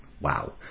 Wow